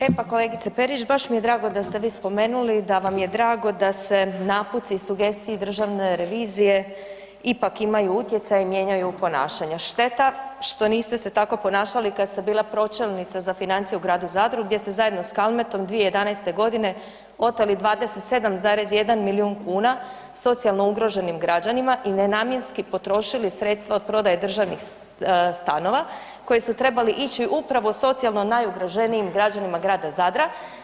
E pa kolegice Perić baš mi je drago da ste vi spomenuli da vam je drago da se naputci i sugestije Državne revizije ipak imaju utjecaj i mijenjaju ponašanja, šteta što niste se tako ponašali i kad ste bila pročelnica za financije u Gradu Zadru, gdje ste zajedno s Kalmetom 2011.-te godine oteli 27,1 milijun kuna socijalno ugroženim građanima i nenamjenski potrošili sredstva od prodaje državnih stanova koji su trebali ići upravo socijalno najugroženijim građanima Grada Zadra.